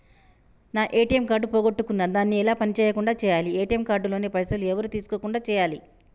నా ATM card పోగొట్టుకున్నా దాన్ని ఎలా పని చేయకుండా చేయాలి ఏ.టి.ఎమ్ కార్డు లోని పైసలు ఎవరు తీసుకోకుండా చేయాలి?